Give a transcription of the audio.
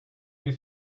new